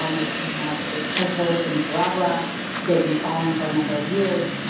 um like she has a great cohort in nicaragua they've been following for a number of years.